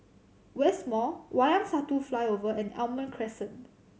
West Mall Wayang Satu Flyover and Almond Crescent